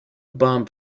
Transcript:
bomb